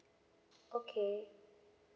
okay